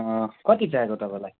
कति चाहिएको तपाईँलाई